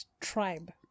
tribe